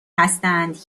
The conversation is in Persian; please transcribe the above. هستند